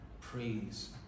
praise